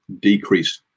decrease